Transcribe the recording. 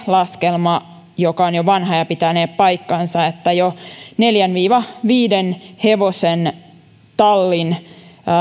laskelma joka on jo vanha mutta pitänee paikkansa on että jo neljän viiva viiden hevosen tallin